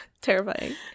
terrifying